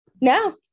No